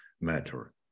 matter